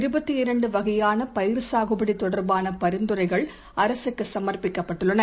இருபத்து இரண்டுவகையானபயிர் சாகுபடிதொடர்பானபரிந்துரைகள் அரசுக்குசமர்ப்பிக்கப்பட்டுள்ளன